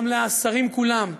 גם לשרים כולם,